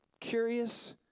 Curious